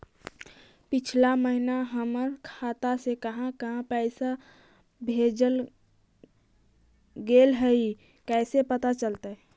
पिछला महिना हमर खाता से काहां काहां पैसा भेजल गेले हे इ कैसे पता चलतै?